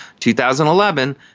2011